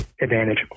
advantage